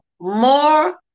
more